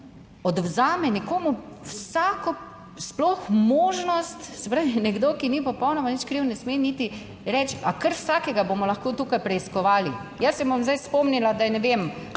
odvzame nekomu vsako sploh možnost, se pravi, nekdo, ki ni popolnoma nič kriv, ne sme niti reči. A kar vsakega bomo lahko tukaj preiskovali? Jaz se bom zdaj spomnila, da je, ne vem,